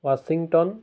Washington